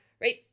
right